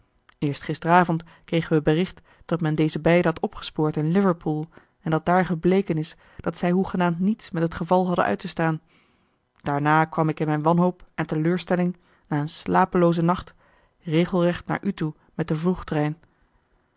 eerst gisteren avond kregen wij bericht dat men deze beiden had opgespoord in liverpool en dat daar gebleken is dat zij hoegenaamd niets met het geval hadden uit te staan daarna kwam ik in mijn wanhoop en teleurstelling na een slapeloozen nacht regelrecht naar u toe met den